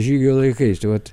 žygio laikais tai vat